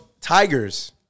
tigers